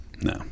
no